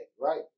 right